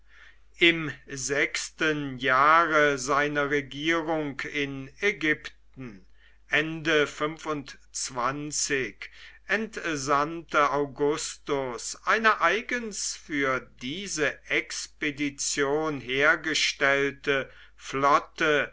im sechsten jahre seiner regierung in ägypten entsandte augustus eine eigens für diese expedition hergestellte flotte